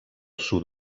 sud